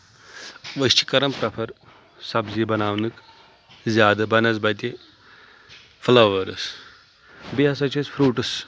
أسۍ چھِ کران پرٛیفر سبزی بناونُک زیادٕ بنسبتہِ فٔلاوٲرٕس بیٚیہِ ہسا چھِ أسۍ فروٗٹس